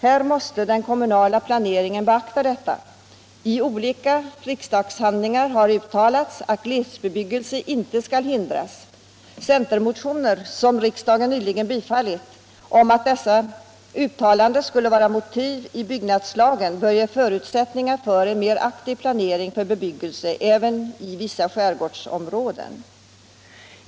Här måste den kommunala planeringen beakta detta. I olika riksdagshandlingar har uttalats att glesbebyggelse inte skall hindras. Centermotioner — som riksdagen nyligen bifallit — om att dessa uttalanden skulle vara motiv i byggnadslagen bör ge förutsättningar för en mera aktiv planering för bebyggelse även i vissa skärgårdsområden.